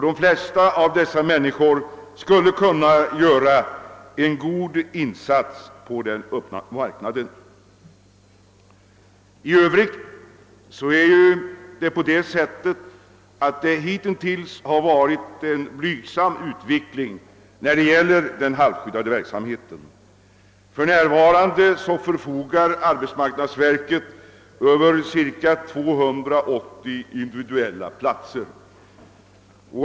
De flesta av dessa människor skulle kunna göra en god insats på den öppna marknaden. I övrigt har utvecklingen beträffande den halvskyddade verksamheten hitintills varit blygsam. För närvarande förfogar arbetsmarknadsverket över cirka 280 individuella platser.